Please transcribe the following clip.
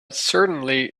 certainly